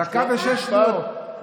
דקה ושש שניות.